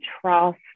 trust